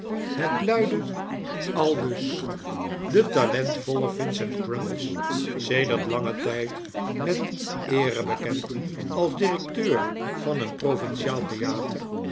het luidde aldus de talentvolle vincent crummies sedert langen tijd met eere bekend als directeur van een provinciaal theater